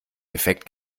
effekt